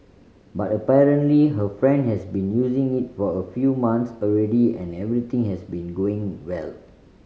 but apparently her friend has been using it for a few month already and everything has been going well